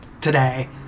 today